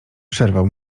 przerwał